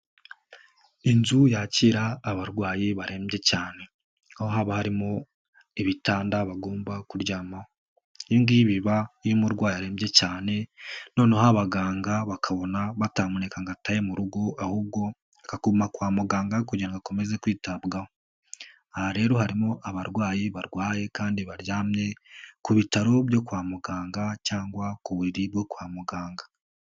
Inzu yakira abarwayi bahembye cyane aho haba harimo ibitanda bagomba kuryamaho, iyi ngiyi biba iyo umurwayi arembye cyane noneho abaganga bakabona bataneka ngo ataye mu rugo ahubwo akaguma kwa muganga kugira ngo akomeze kwitabwaho, aha rero harimo abarwayi barwaye kandi baryamye ku bitaro byo kwa muganga cyangwa ku buriri bwo kwa muganga.